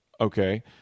Okay